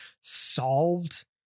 solved